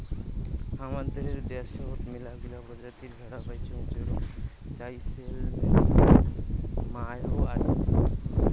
হামাদের দ্যাশোত মেলাগিলা প্রজাতির ভেড়া পাইচুঙ যেরম জাইসেলমেরি, মাড়োয়ারি